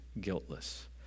guiltless